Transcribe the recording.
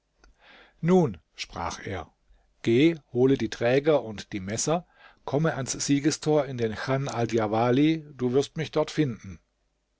nun sprach er geh hole die träger und die messer komme ans siegestor in den chan aldjawali du wirst mich dort finden